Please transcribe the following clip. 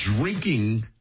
drinking